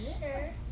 Sure